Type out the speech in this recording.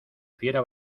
fiera